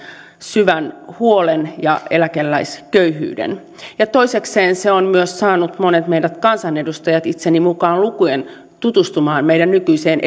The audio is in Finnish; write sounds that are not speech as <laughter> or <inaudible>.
syvän huolen ja eläkeläisköyhyyden toisekseen se on myös saanut monet meistä kansanedustajista itseni mukaan lukien tutustumaan meidän nykyiseen <unintelligible>